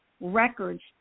records